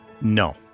No